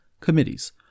Committees